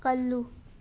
ꯀꯜꯂꯨ